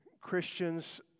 Christians